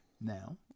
now